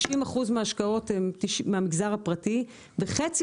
90 אחוזים מההשקעות הן מהמגזר הפרטי וחצי